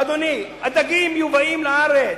אדוני, הדגים מיובאים לארץ.